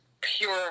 pure